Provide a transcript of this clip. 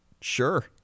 Sure